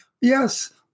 yes